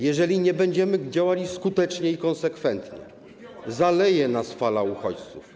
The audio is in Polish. Jeżeli nie będziemy działali skutecznie i konsekwentnie, zaleje nas fala uchodźców.